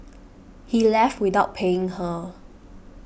he left without paying her